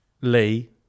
Lee